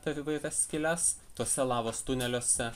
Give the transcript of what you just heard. per įvairias skyles tuose lavos tuneliuose